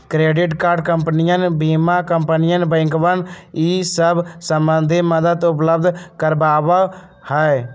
credit card कंपनियन बीमा कंपनियन बैंकवन ई सब संबंधी मदद उपलब्ध करवावा हई